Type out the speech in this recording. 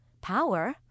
power